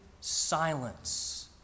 silence